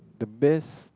the best